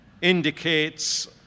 indicates